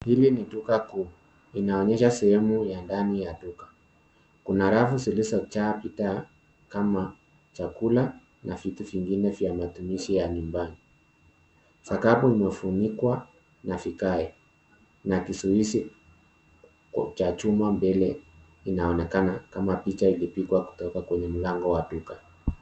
Hili ni duka kuu, inaonyesha sehemu ya ndani ya duka. Kuna rafu zilizojaa bidhaa kama chakula na vitu vingine vya matumizi ya nyumbani. Sakafu imefunikwa na vigae, na kizuizi cha chuma mbele inaonekana kama picha ilipigwa kutoka kwenye mlango wa duka.